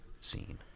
scene